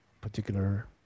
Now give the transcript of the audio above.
particular